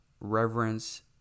reverence